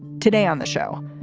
today on the show,